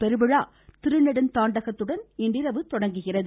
பெருவிழா திருநெடுந்தாண்டகத்துடன் இன்றிரவு தொடங்குகிறது